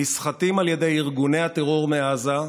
נסחטים על ידי ארגוני הטרור מעזה,